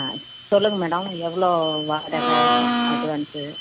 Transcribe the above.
ஆ சொல்லுங்கள் மேடம் எவ்வளோ வாடகை அட்வான்ஸு